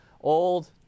old